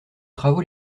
travaux